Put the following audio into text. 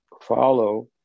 follow